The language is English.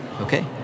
Okay